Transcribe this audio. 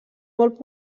molt